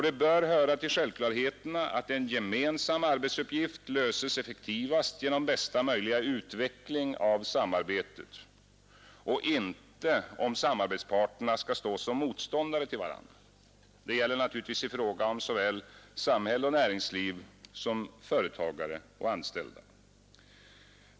Det bör höra till självklarheterna att en gemensam arbetsuppgift löses effektivast genom bästa möjliga utveckling av samarbetet — och inte om samarbetsparterna skall stå som motståndare till varandra. Detta gäller naturligtvis i fråga om såväl samhälle och näringsliv som företagare och anställda.